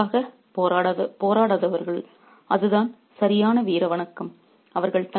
தங்கள் ராஜாவுக்காக போராடாதவர்கள் அதுதான் சரியான வீரவணக்கம்